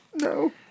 No